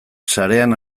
sarean